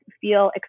feel